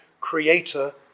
Creator